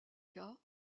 cas